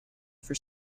for